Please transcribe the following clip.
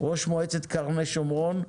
ראש מועצת קרני שומרון,